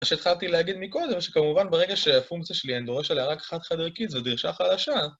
מה שהתחלתי להגיד מקודם, שכמובן ברגע שהפונקציה שלי אני דורש עליה רק חד חד ערכית, זו דרישה חדשה